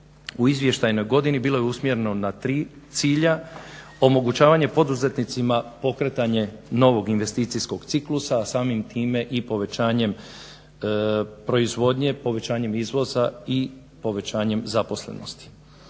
u izvještajnoj godini bilo je usmjereno na tri cilja: omogućavanje poduzetnicima pokretanje novog investicijskog ciklusa, a samim time i povećanjem proizvodnje, povećanjem izvoza i povećanjem zaposlenosti.